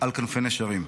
"על כנפי נשרים".